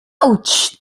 ouch